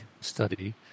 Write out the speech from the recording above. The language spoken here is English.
study